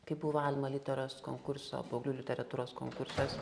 kai buvo alma literos konkurso paauglių literatūros konkursas